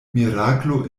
miraklo